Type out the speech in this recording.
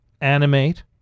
Animate